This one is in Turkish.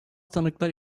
tanıklar